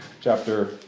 Chapter